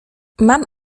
mam